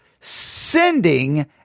sending